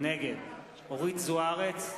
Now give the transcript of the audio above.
נגד אורית זוארץ,